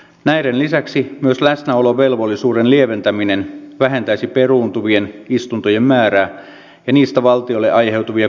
näiden lisäksi myös läsnäolovelvollisuuden lieventäminen vähentäisi peruuntuvien istuntojen määrää ja niistä valtiolle aiheutuvia kustannuksia